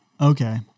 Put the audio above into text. Okay